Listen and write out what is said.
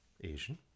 Asian